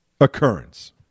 occurrence